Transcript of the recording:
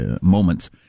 moments